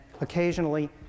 occasionally